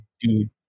dude